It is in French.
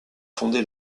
fondé